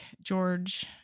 George